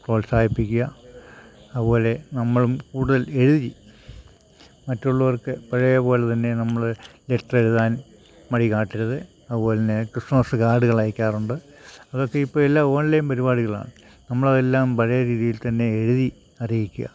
പ്രോൽസാഹിപ്പിക്കുക അതുപോലെ നമ്മളും കൂടുതൽ എഴുതി മറ്റുള്ളവർക്ക് പഴയപോലെതന്നെ നമ്മള് ലെറ്റർ എഴുതാൻ മടികാട്ടരുത് അതുപോലെതന്നെ ക്രിസ്മസ് കർഡുകളയക്കാറുണ്ട് അതൊക്കെ ഇപ്പോള് എല്ലാം ഓൺലൈൻ പരിപാടികളാണ് നമ്മളതെല്ലാം പഴയരീതിയിൽ തന്നെ എഴുതി അറിയിക്കുക